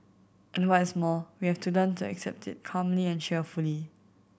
and what is more we have to learn to accept it calmly and cheerfully